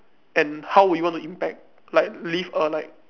and how would you wanna impact like leave a like